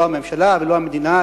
לא הממשלה ולא המדינה,